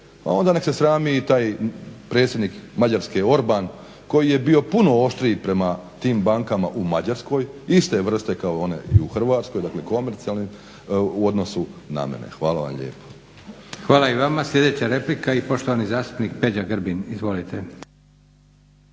onda neka se srami taj predsjednik Mađarske Orban koji je bio puno oštriji prema tim bankama u Mađarskoj iste vrste kao one i u Hrvatskoj dakle komercijalnim u odnosu na mene. Hvala vam lijepa. **Leko, Josip (SDP)** Hvala i vama. Poštovani zastupnik Peđa Grbin. **Grbin,